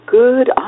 good